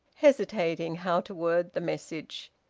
hesitating how to word the message.